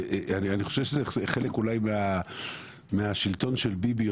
ואני חושב שזה חלק מהשלטון של ביבי,